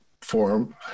forum